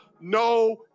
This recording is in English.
no